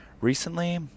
recently